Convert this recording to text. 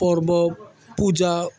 পৰ্ব পূজা